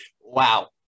Wow